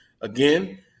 again